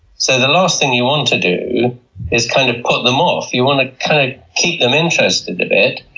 so the last thing you want to do is kind of put them off. you want to keep them interested a bit,